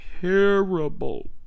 terrible